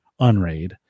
Unraid